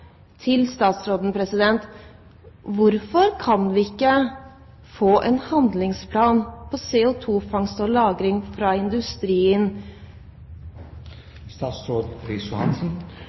til statsråden er: Hvorfor kan vi ikke få en handlingsplan om CO2-fangst og -lagring fra industrien?